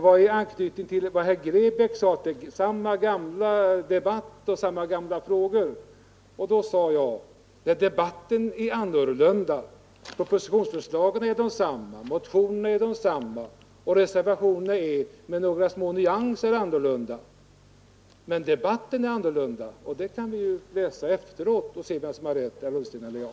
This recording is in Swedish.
I anknytning till vad herr Grebäck yttrade om ”samma gamla debatt” och ”samma gamla frågor” framhöll jag att debatten är annorlunda. Propositionsförslagen är desamma, motionerna är desamma och reservationerna är — med några små nyanser — desamma, men debatten är annorlunda. Vi kan ju läsa protokollet efteråt och se vem som har rätt, herr Ullsten eller jag.